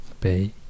bay